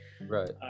Right